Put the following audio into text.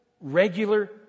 regular